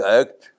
act